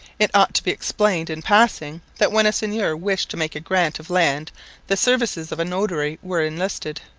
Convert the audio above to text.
it ought to be explained, in passing, that when a seigneur wished to make a grant of land the services of a notary were enlisted.